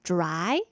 Dry